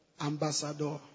Ambassador